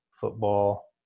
football